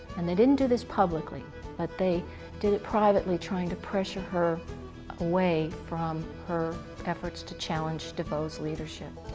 and they didn't do this in public like but they did it privately trying to pressure her away from her efforts to challenge devoe's leadership.